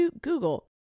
google